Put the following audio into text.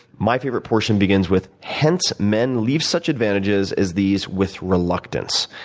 my favorite portion begins with, hence men leave such advantages as these with reluctance,